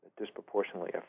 disproportionately